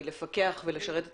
היא לפקח ולשרת הציבור,